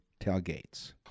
tailgates